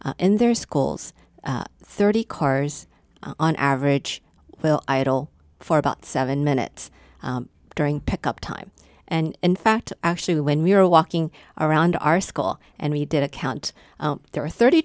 that in their schools thirty cars on average will idle for about seven minutes during pick up time and in fact actually when we were walking around our school and we did a count there were thirty